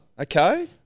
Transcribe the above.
okay